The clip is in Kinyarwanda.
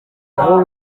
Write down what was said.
aho